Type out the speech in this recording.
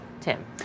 Tim